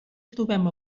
trobem